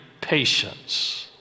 patience